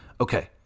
Okay